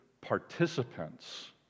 participants